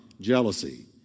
jealousy